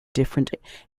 different